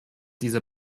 dieser